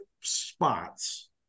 spots